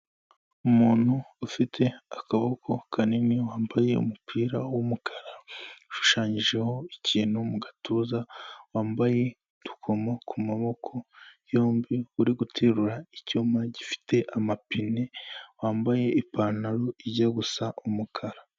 Umuntu ufite akaboko kanini wambaye umupira w'umukara ushushanyijeho ikintu mu gatuza wambaye utukomo ku maboko yombi uri guterura icyuma gifite amapine, wambaye ipantaro ijya gusa umukara.